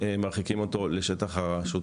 מרחיקים אותו לשטח הרשות